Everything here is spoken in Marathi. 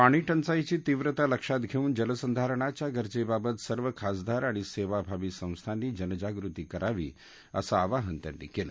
पाणी टंचाईची तीव्रता लक्षात धेऊन जलसंधारणाच्या गरजेबाबत सर्व खासदार आणि सेवाभावी संस्थांनी जनजागृती करावी असं अवाहन त्यांनी केलं